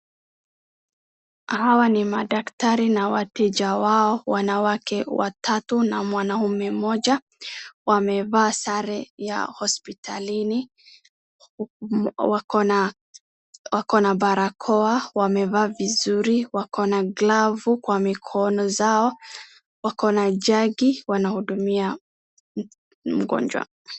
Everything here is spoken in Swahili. Hawa ni madaktari na wateja wao, wanawake watatu na mwanaume mmoja, wamevaa sare ya hospitalini wako na barakoa, wamevaa vizuri, wamevaa glove kwa mikono zao, wako na jagi wanahudumia mgonjwa.